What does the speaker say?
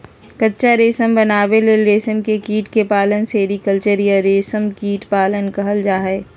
कच्चा रेशम बनावे ले रेशम के कीट के पालन सेरीकल्चर या रेशम कीट पालन कहल जा हई